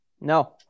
No